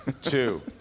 two